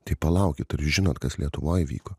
tai palaukit ar žinot kas lietuvoj vyko